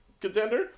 Contender